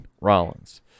Rollins